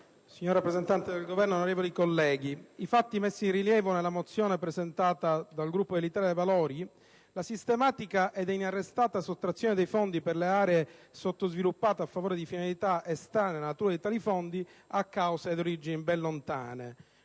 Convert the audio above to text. signori rappresentanti del Governo, onorevoli colleghi, i fatti messi in rilievo nella mozione presentata dal Gruppo dell'Italia dei Valori - la sistematica ed inarrestata sottrazione dei fondi per le aree sottoutilizzate a favore di finalità estranee alla natura di tali fondi - ha cause ed origini lontane.